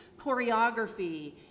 choreography